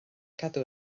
cadw